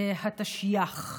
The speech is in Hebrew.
התשי"ח.